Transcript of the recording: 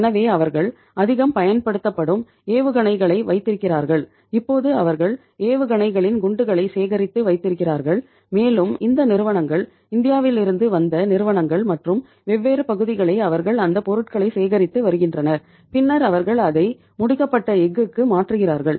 எனவே அவர்கள் அதிகம் பயன்படுத்தப் படும் ஏவுகணைகளை வைத்திருக்கிறார்கள் இப்போது அவர்கள் ஏவுகணைகளின் குண்டுகளை சேகரித்து வைத்திருக்கிறார்கள் மேலும் இந்த நிறுவனங்கள் இந்தியாவில் இருந்து வந்த நிறுவனங்கள் மற்றும் வெவ்வேறு பகுதிகளை அவர்கள் அந்த பொருட்களை சேகரித்து வருகின்றன பின்னர் அவர்கள் அதை முடிக்கப்பட்ட எஃகுக்கு மாற்றுகிறார்கள்